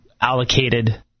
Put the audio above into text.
allocated